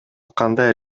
кандай